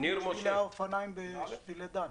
תוכנית האופניים בשבילי דן.